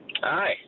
Hi